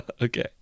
Okay